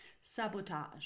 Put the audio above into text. Sabotage